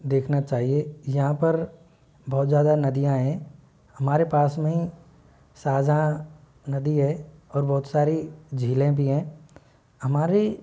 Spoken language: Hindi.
देखना चाहिए यहाँ पर बहुत ज़्यादा नदियाँ हैं हमारे पास में ही शाहज़हाँ नदी है और बहुत सारी झीलें भी हैं हमारी